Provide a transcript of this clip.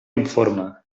informe